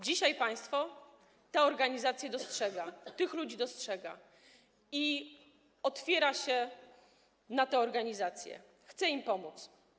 Dzisiaj państwo te organizacje dostrzega, tych ludzi dostrzega i otwiera się na te organizacje, chce im pomóc.